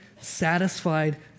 satisfied